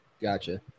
Gotcha